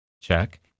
check